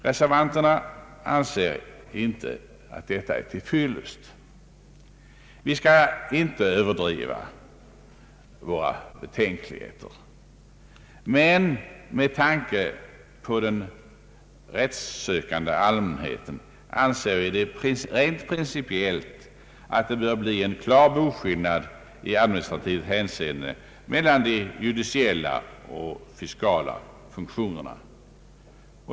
Reservanterna anser inte att detta är till fyllest. Vi skall inte överdriva våra betänkligheter. Men med tanke på den rättssökande allmänheten anser vi rent principiellt att det bör bli en klar boskillnad i administrativt hänseende mellan de judiciella och fiskala funktionerna.